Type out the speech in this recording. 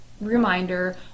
reminder